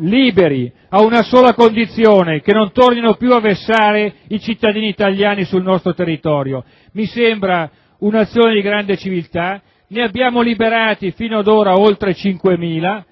liberi a una sola condizione: che non tornino più a vessare i cittadini italiani sul loro territorio. Mi sembra un'azione di grande civiltà. Finora ne abbiamo liberati oltre 5.000;